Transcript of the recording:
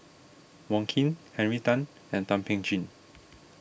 Wong Keen Henry Tan and Thum Ping Tjin